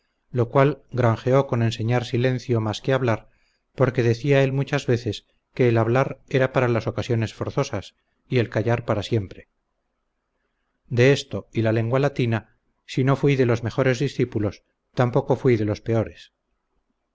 lo cual granjeó con enseñar silencio más que hablar porque decía él muchas veces que el hablar era para las ocasiones forzosas y el callar para siempre de esto y la lengua latina si no fuí de los mejores discípulos tampoco fuí de los peores